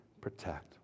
protect